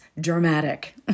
dramatic